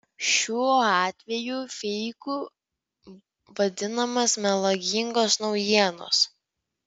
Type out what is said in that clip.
šiuo atveju feiku vadinamos melagingos naujienos